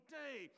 day